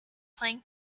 playing